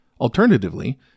Alternatively